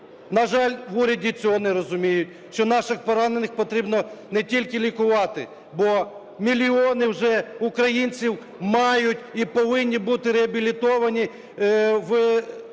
на жаль, в уряді цього не розуміють, що наших поранених потрібно не тільки лікувати. Бо мільйони вже українців мають і повинні бути реабілітовані в